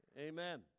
Amen